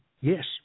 yes